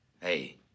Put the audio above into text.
Hey